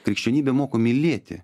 krikščionybė moko mylėti